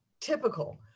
typical